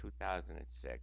2006